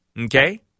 Okay